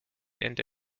into